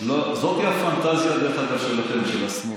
דרך אגב, זאת הפנטזיה שלכם, של השמאל.